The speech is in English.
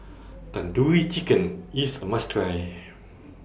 Tandoori Chicken IS A must Try